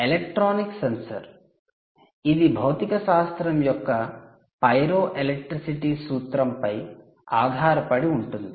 ఇది electronic sensor ఇది భౌతికశాస్త్రం యొక్క 'పైరోఎలెక్ట్రిసిటీ ' సూత్రం పై ఆధారపడి ఉంటుంది